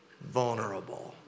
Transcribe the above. vulnerable